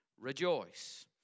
rejoice